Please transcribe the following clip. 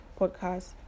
podcast